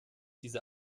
diese